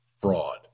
fraud